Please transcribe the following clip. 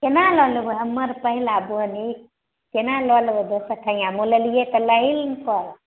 केना लऽ लेबै हमर पहिला बोहनी केना लऽ लेबै दोसर ठियाँ मोलेलियै तऽ लैए ने पड़त